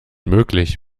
möglich